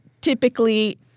typically